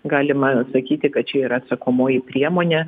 galima sakyti kad čia yra atsakomoji priemonė